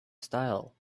style